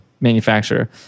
manufacturer